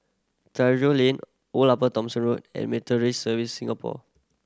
Lane Old Upper Thomson Road and Meteorological Service Singapore